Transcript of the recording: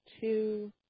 two